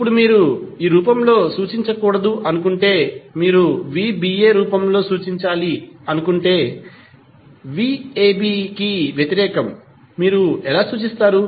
ఇప్పుడు మీరు ఈ రూపంలో సూచించకూడదు అనుకుంటే మీరు vba రూపంలో సూచించాలి అనుకుంటే అది vab కి వ్యతిరేకం మీరు ఎలా సూచిస్తారు